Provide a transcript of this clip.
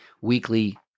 weekly